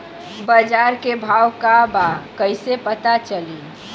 बाजार के भाव का बा कईसे पता चली?